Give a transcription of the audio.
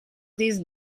this